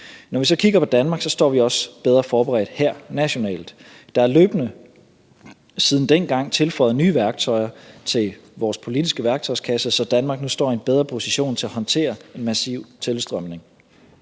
Når vi så kigger på Danmark, står vi også bedre forberedt her nationalt. Der er siden dengang løbende blevet tilføjet nye værktøjer til vores politiske værktøjskasse, så Danmark nu står i en bedre position med hensyn til at håndtere en massiv tilstrømning.